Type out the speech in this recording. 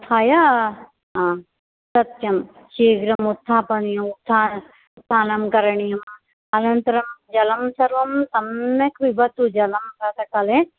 उत्थाय सत्यं शीघ्रम् उत्थापनीयम् उत्थानं करणीयम् अनन्तरं जलं सर्वं सम्यक् पिबतु जलं प्रातःकाले